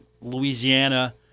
Louisiana